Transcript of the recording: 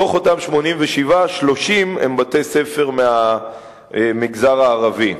מתוך אותם 87, 30 הם בתי-ספר מהמגזר הערבי.